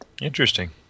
Interesting